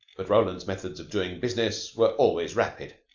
but roland's methods of doing business were always rapid.